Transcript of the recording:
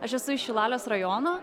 aš esu iš šilalės rajono